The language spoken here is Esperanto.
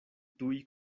tuj